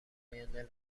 آینده